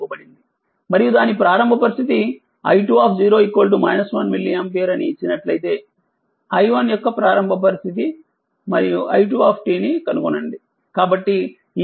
మరియు దాని ప్రారంభ పరిస్థితి i2 1 మిల్లీఆంపియర్ అని ఇచ్చినట్లయితే i1 యొక్క ప్రారంభ పరిస్థితి i1 v v1 v2 i1 మరియు i2 ని కనుగొనండి